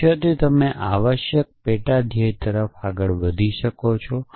લક્ષ્યથી તમે આવશ્યક પેટા લક્ષ્ય તરફ આગળ વધી રહ્યા છો